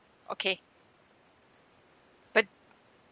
okay but